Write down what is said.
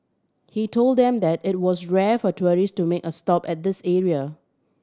he told them that it was rare for tourist to make a stop at this area